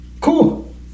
cool